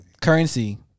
Currency